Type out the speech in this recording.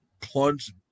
plunge